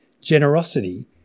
generosity